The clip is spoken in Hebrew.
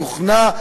התוכנה,